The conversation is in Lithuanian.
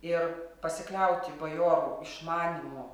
ir pasikliauti bajorų išmanymu